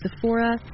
Sephora